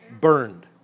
burned